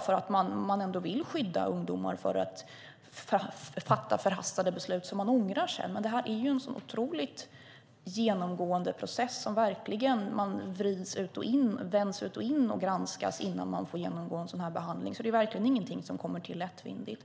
för att man vill förhindra att ungdomar fattar förhastade beslut som de sedan ångrar. Det här är en process där man verkligen vänds ut och in och granskas innan man får genomgå en behandling, så det är ingenting som går lättvindigt.